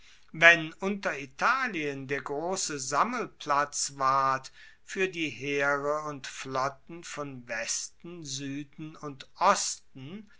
wenn unteritalien der grosse sammelplatz ward fuer die heere und flotten von westen sueden und osten